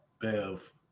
Bev